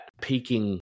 peaking